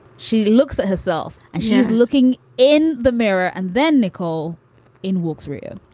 she looks at herself and she's looking in the mirror and then nicole in walk-through,